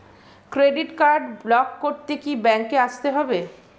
Credit card block করতে কি ব্যাংকে আসতে হবে?